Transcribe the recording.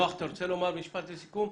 נח, אתה רוצה לומר משפט לסיכום?